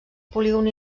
polígon